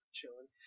chilling